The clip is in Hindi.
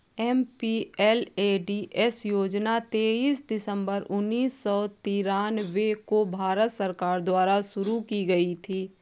एम.पी.एल.ए.डी.एस योजना तेईस दिसंबर उन्नीस सौ तिरानवे को भारत सरकार द्वारा शुरू की गयी थी